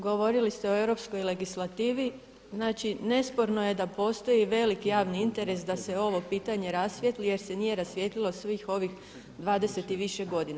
Govorili ste o europskoj legislativi, znači nesporno je da postoji velik javni interes da se ovo pitanje rasvijetli jer se nije rasvijetlilo svih ovih dvadeset i više godina.